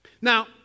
Now